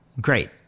great